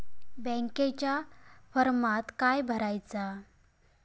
बँकेच्या फारमात काय भरायचा?